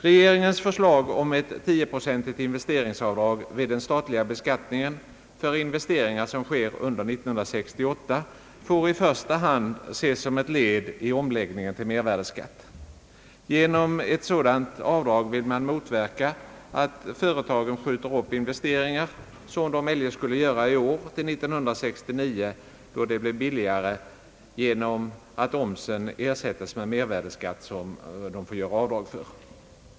Regeringens förslag om ett tioprocentigt investeringsavdrag vid den statliga beskattningen för investeringar som sker under 1968 får i första hand ses som ett led i omläggningen till mervärdeskatt. Genom ett sådant avdrag vill man motverka att företagen skjuter upp investeringar, som de eljest skulle göra i år, till 1969 då de blir billigare genom att omsen ersättes med mervärdeskatt som får avdragas.